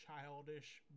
childish